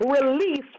released